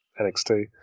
NXT